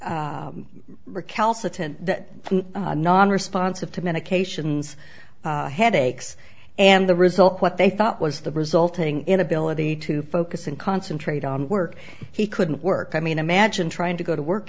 t non responsive to medications headaches and the result what they thought was the resulting inability to focus and concentrate on work he couldn't work i mean imagine trying to go to work